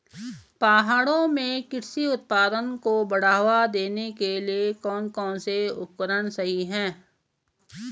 पहाड़ों में कृषि उत्पादन को बढ़ावा देने के लिए कौन कौन से उपकरण सही हैं?